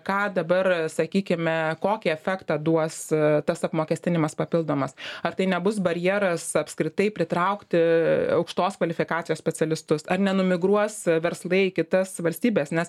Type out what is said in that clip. ką dabar sakykime kokį efektą duos tas apmokestinimas papildomas ar tai nebus barjeras apskritai pritraukti aukštos kvalifikacijos specialistus ar nenumigruos verslai į kitas valstybes nes